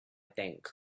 think